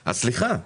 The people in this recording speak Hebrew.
סליחה.